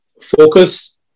focus